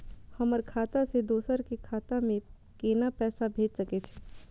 हमर खाता से दोसर के खाता में केना पैसा भेज सके छे?